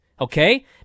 okay